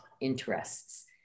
interests